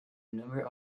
number